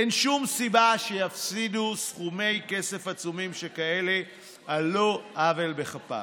אין שום סיבה שהם יפסידו סכומי כסף עצומים שכאלה על לא עוול בכפם.